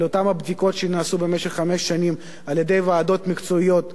על אותן הבדיקות שנעשו במשך חמש שנים על-ידי ועדות מקצועיות,